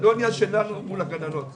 זה לא עניין שלנו מול הגננות.